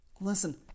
Listen